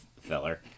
feller